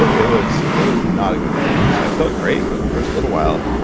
it was it was not a good three months. i felt great for the first little while.